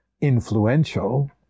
influential